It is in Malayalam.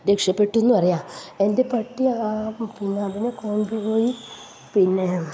രക്ഷപ്പെട്ടുന്ന് പറയാം എൻ്റെ ആ പട്ടി പിന്നെ അതിനെ കൊണ്ടുപോയി പിന്നെ